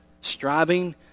striving